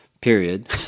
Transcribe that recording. period